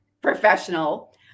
professional